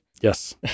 Yes